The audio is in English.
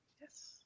Yes